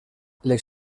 les